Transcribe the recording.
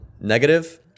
negative